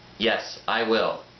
yes i will.